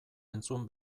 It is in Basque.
entzun